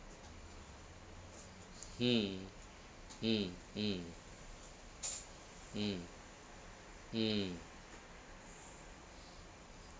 mm mm mm mm mm